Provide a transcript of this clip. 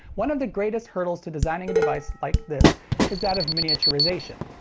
one of the greatest hurdles to designing a device like this is that of miniaturization.